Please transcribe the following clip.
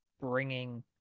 bringing